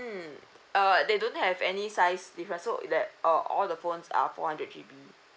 mm uh they don't have any size difference so that uh all the phones are four hundred G_B